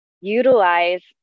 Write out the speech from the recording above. utilize